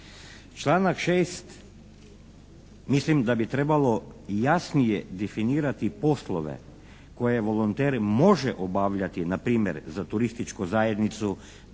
Članak 6. mislim da bi trebalo jasnije definirati poslove koje volonter može obavljati. Npr., za turističku zajednicu,